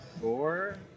four